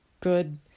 good